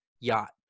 yacht